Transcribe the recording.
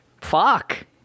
fuck